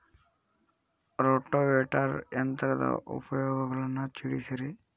rotavator ಯಂತ್ರದ ಉಪಯೋಗಗಳನ್ನ ತಿಳಿಸಿರಿ